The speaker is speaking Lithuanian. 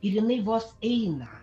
ir jinai vos eina